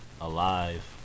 alive